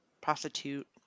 prostitute